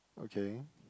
okay